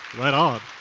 right on,